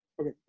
Okay